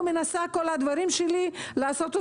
מנסה לעשות את כל הפעולות באמצעות